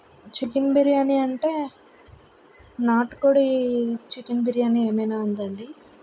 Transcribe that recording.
chicken biryani అంటే నాటుకోడి chicken biryani ఏమైనా ఉందండి